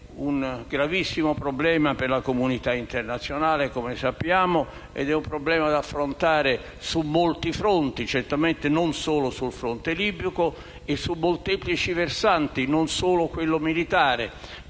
un gravissimo problema per la comunità internazionale, come sappiamo. È un problema da affrontare su molti fronti - non solo su quello libico - e su molteplici versanti, e non solo su quello militare.